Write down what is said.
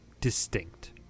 distinct